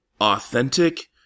authentic